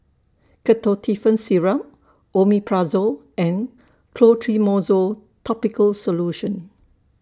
Ketotifen Syrup Omeprazole and Clotrimozole Topical Solution